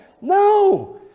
No